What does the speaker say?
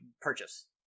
purchase